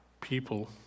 people